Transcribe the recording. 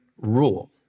rule